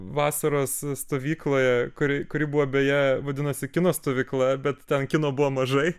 vasaros stovykloje kuri kuri buvo beje vadinosi kino stovykla bet ten kino buvo mažai